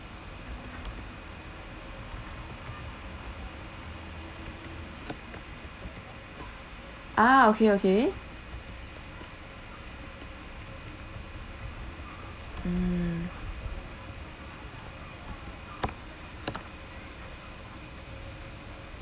ah okay okay hmm